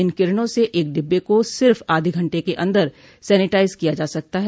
इन किरणों से एक डिब्बे को सिर्फ आधे घंटे के अंदर सेनीटाइज किया जा सकता है